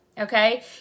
Okay